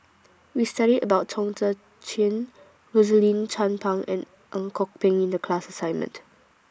We studied about Chong Tze Chien Rosaline Chan Pang and Ang Kok Peng in The class assignment